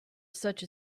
such